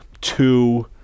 Two